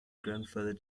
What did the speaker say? grandfather